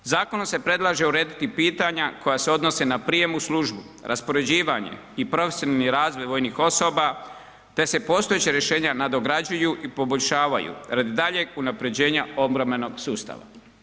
Zakonom se predlaže urediti pitanja koja se odnose na prijem u službu, raspoređivanje i profesionalni razvoj vojnih osoba te se postojeća rješenja nadograđuju i poboljšavaju radi daljeg unapređenja obrambenog sustava.